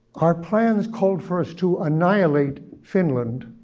our plans called for us to annihilate finland